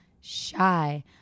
shy